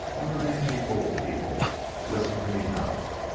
i'm the mangy old he-wolf. listen to me howl.